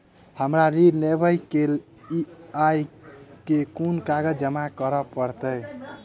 हमरा ऋण लेबै केँ अई केँ कुन कागज जमा करे पड़तै?